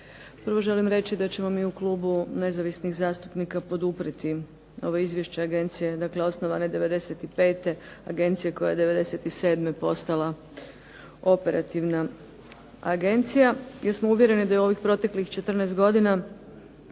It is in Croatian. Prvo želim reći da ćemo mi u Klubu nezavisnih zastupnika poduprijeti ovo izvješće agencije, dakle osnovane '95., agencije koja je '97. postala operativna agencija jer smo uvjereni da je u ovih proteklih 14 godina